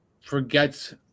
forgets